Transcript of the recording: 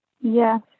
yes